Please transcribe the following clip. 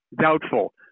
doubtful